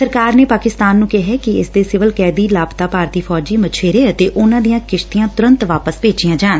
ਸਰਕਾਰ ਨੇ ਪਾਕਿਸਤਾਨ ਨੂੰ ਕਿਹੈ ਕਿ ਇਸ ਦੇ ਸਿਵਲ ਕੈਦੀ ਲਾਪਤਾ ਭਾਰਤੀ ਫੌਜੀ ਮਛੇਰੇ ਅਤੇ ਉਨੂੰ ਦੀਆਂ ਕਿਸ਼ਤੀਆਂ ਤੁਰੰਤ ਵਾਪਸ ਭੇਜੀਆਂ ਜਾਣ